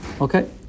Okay